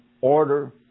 order